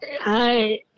Hi